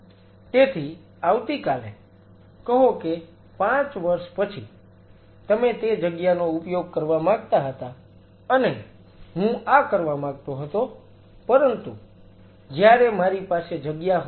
તેથી આવતીકાલે કહો કે 5 વર્ષ પછી તમે તે જગ્યાનો ઉપયોગ કરવા માંગતા હતા અને હું આ કરવા માંગતો હતો પરંતુ જયારે મારી પાસે જગ્યા હોય